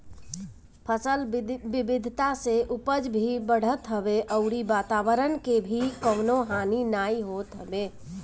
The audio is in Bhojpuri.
फसल विविधता से उपज भी बढ़त हवे अउरी वातवरण के भी कवनो हानि नाइ होत हवे